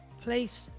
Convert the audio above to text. place